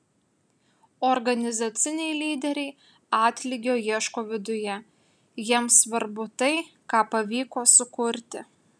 organizaciniai lyderiai atlygio ieško viduje jiems svarbu tai ką pavyko sukurti